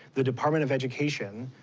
the department of education,